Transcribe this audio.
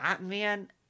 man